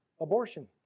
abortion